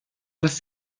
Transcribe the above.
das